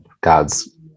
God's